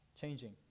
changing